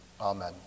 Amen